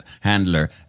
handler